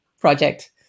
project